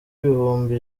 ibihumbi